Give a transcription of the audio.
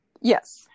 yes